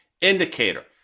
indicator